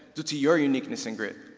due to your uniqueness and grit.